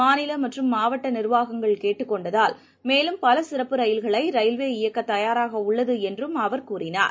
மாநிலமற்றும் மாவட்டநிர்வாகங்கள் கேட்டுக் கொண்டால் மேலும் பலசிறப்பு ரயில்களை ரயில்வே இயக்கதயாராகஉள்ளதுஎன்றும் அவர் கூறினார்